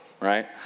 right